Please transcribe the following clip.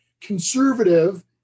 conservative